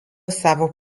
savo